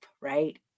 right